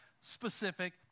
specific